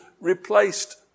replaced